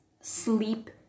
sleep